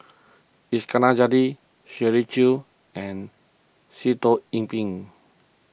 Iskandar Jalil Shirley Chew and Sitoh Yih Pin